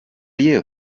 you